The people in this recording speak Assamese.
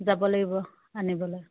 যাব লাগিব আনিবলৈ